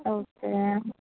okay